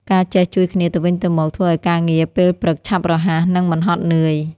ការចេះជួយគ្នាទៅវិញទៅមកធ្វើឱ្យការងារពេលព្រឹកឆាប់រហ័ស និងមិនហត់នឿយ។